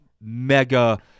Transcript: mega